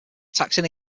taxing